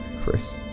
Chris